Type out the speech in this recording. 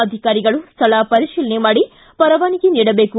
ಅಧಿಕಾರಿಗಳು ಸ್ಥಳ ಪರಿಶೀಲನೆ ಮಾಡಿ ಪರವಾನಗಿ ನೀಡಬೇಕು